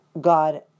god